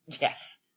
Yes